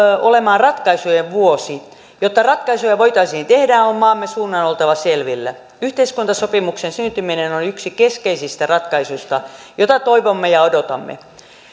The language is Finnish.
olemaan ratkaisujen vuosi jotta ratkaisuja voitaisiin tehdä on maamme suunnan oltava selvillä yhteiskuntasopimuksen syntyminen on yksi keskeisistä ratkaisuista jota toivomme ja odotamme